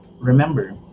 remember